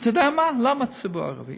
אתה יודע מה, למה הציבור הערבי?